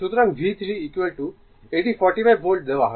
সুতরাং V3 এটি 45 volt দেওয়া